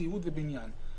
סיעוד ובניין.